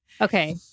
okay